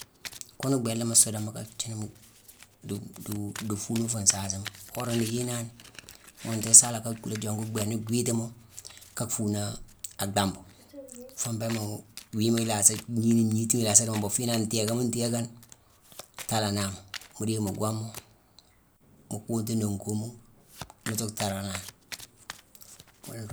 Kune bhééna mu suudé mu ka thiini du du du fulema fuu nsaasima. Worama nuu yéyenani, ghunté isala ka kulé yongu bhééne gwiitima ka fuu naa adhambu. Foo mbééma wiima ilasé gnini ngiiti ilasa dimo mbon fiinangh ntéékama ntéékane talanaama. Mu deye mu gwoma, mu kuntu nonkuma nu tu thaalanani. ghuna-nruu.